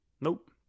nope